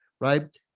right